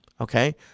okay